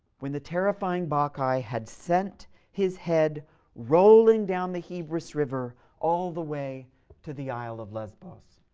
when the terrifying bacchae had sent his head rolling down the hebrus river all the way to the isle of lesbos.